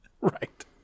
Right